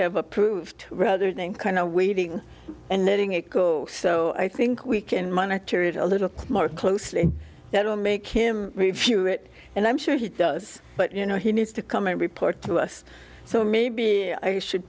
have approved rather than kind of waiting and letting it go so i think we can monitor it a little more closely that will make him review it and i'm sure he does but you know he needs to come and report to us so maybe i should